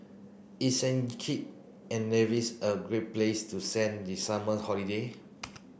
is Saint Kitts and Nevis a great place to send the summer holiday